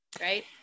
right